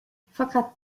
fakat